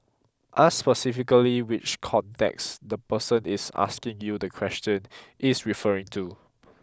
ask specifically which context the person is asking you the question is referring to